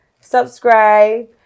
subscribe